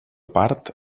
part